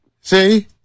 See